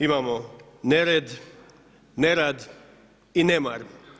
Imamo nered, nerad i nemar.